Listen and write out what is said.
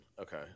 Okay